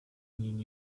mean